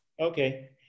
Okay